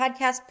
podcast